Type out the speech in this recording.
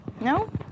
No